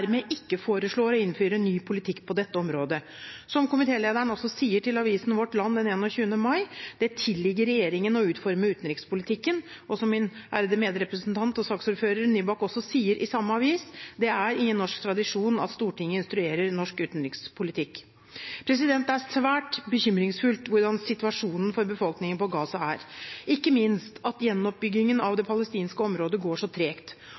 ikke foreslår å innføre ny politikk på dette området – som komitelederen også sier til avisen Vårt Land den 20. mai: «Det tilligger regjeringen å utforme utenrikspolitikken.» Og som min ærede medrepresentant og saksordfører Marit Nybakk også sier i samme avis: «Det er ingen norsk tradisjon at Stortinget instruerer norsk utenrikspolitikk.» Det er svært bekymringsfullt hvordan situasjonen for befolkningen på Gaza er – ikke minst at gjenoppbyggingen av det palestinske området går så tregt.